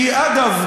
שאגב,